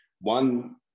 one